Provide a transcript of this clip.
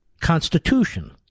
constitution